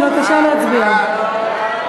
בבקשה להצביע.